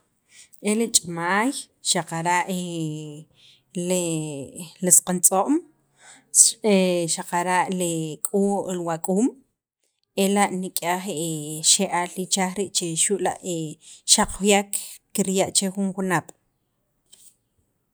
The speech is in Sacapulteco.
e li ch'amaay xaqara' le le isq'antz'o'm xaqara' li k'uu li wa k'uum ela' nik'yaj xe'aal ichaj che xu' la' xaq juyak kikya' che jun junaab'.